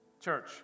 Church